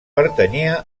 pertanyia